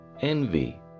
envy